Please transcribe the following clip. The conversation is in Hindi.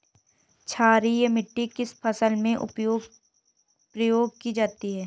क्षारीय मिट्टी किस फसल में प्रयोग की जाती है?